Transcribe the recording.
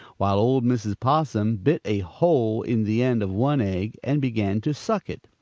while old mrs. possum bit a hole in the end of one egg and began to suck it.